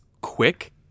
quick